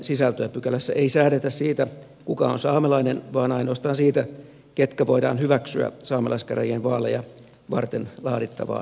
pykälässä ei säädetä siitä kuka on saamelainen vaan ainoastaan siitä ketkä voidaan hyväksyä saamelaiskäräjien vaaleja varten laadittavaan vaaliluetteloon